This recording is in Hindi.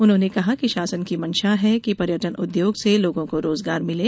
उन्होंने कहा कि शासन की मंशा है कि पर्यटन उद्योग से लोगों को रोजगार मिले